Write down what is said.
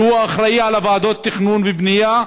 והוא אחראי לוועדות התכנון והבנייה,